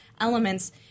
elements